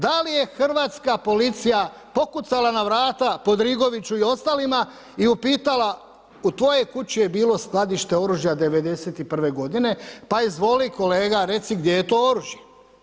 Da li je hrvatska policija pokušala na vrata Podrigoviću i ostalima i upitala: „U tvojoj kući je bilo skladište oružja 91. godine, pa izvoli kolega reci gdje je to oružje.